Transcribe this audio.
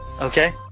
Okay